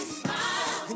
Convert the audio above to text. smile